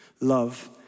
Love